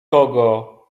kogo